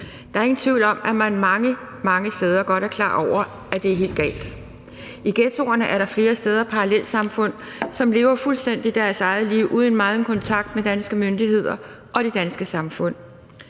Der er ingen tvivl om, at man mange, mange steder godt er klar over, at det er helt galt. I ghettoerne er der flere steder parallelsamfund, hvor man lever fuldstændig sit eget liv uden meget kontakt med danske myndigheder og det danske samfund.